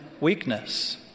weakness